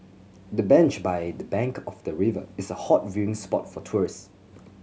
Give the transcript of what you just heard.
the bench by the bank of the river is a hot viewing spot for tourist